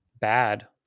bad